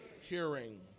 hearing